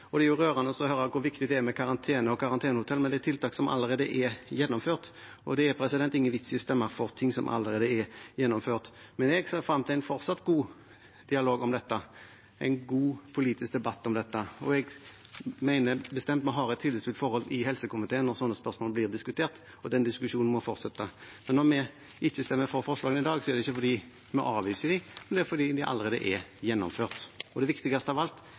Det er jo rørende å høre hvor viktig det er med karantene og karantenehotell, men det er tiltak som allerede er gjennomført. Det er ingen vits i å stemme for ting som allerede er gjennomført. Jeg ser fram til en fortsatt god dialog og god politisk debatt om dette. Jeg mener bestemt at vi har et tillitsfullt forhold i helse- og omsorgskomiteen når slike spørsmål blir diskutert, og den diskusjonen må fortsette. Når vi ikke stemmer for forslagene i dag, er det ikke fordi vi avviser dem, det er fordi de allerede er gjennomført. Det viktigste av alt